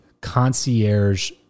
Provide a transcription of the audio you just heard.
concierge